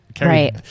right